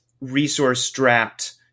resource-strapped